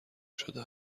شده